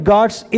God's